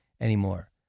anymore